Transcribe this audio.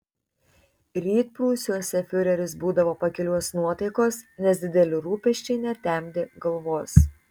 rytprūsiuose fiureris būdavo pakilios nuotaikos nes dideli rūpesčiai netemdė galvos